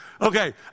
Okay